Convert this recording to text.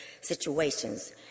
situations